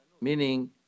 meaning